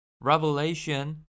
Revelation